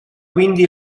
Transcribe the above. quindi